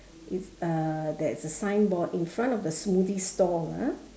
it's uh there's a signboard in front of the smoothie stall ah